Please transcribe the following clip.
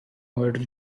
murder